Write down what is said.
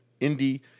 indie